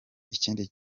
ikindi